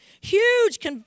huge